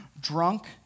drunk